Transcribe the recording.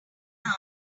like